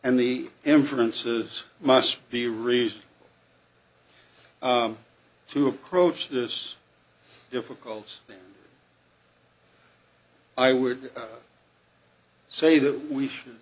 and the inference is must be reason to approach this difficult i would say that we should